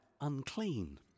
unclean